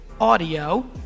audio